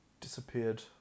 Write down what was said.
disappeared